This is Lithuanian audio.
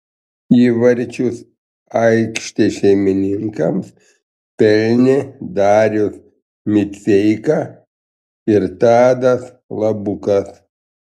įvarčius aikštės šeimininkams pelnė darius miceika ir tadas labukas